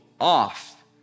off